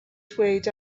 dweud